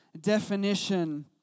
definition